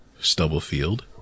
Stubblefield